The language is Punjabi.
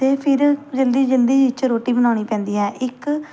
ਇਹ ਫਿਰ ਜਲਦੀ ਜਲਦੀ ਵਿੱਚ ਰੋਟੀ ਬਣਾਉਣੀ ਪੈਂਦੀ ਹੈ ਇੱਕ